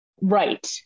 Right